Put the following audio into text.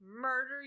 Murder